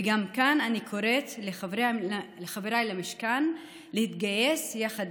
וגם כאן אני קוראת לחבריי למשכן להתגייס יחד